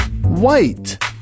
white